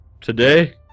Today